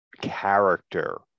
character